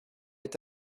est